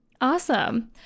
Awesome